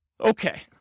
Okay